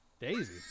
Daisy